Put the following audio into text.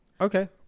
Okay